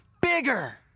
bigger